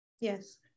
Yes